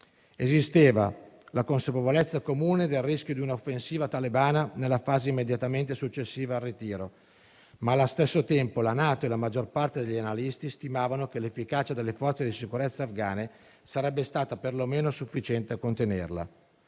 Esisteva la consapevolezza comune del rischio di una offensiva talebana nella fase immediatamente successiva al ritiro. Ma, allo stesso tempo, la NATO e la maggior parte degli analisti stimavano che l'efficacia delle forze di sicurezza afghane sarebbe stata perlomeno sufficiente a contenerla: